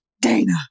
Dana